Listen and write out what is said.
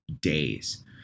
days